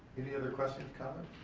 any other questions kind of